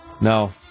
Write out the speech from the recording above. No